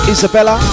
Isabella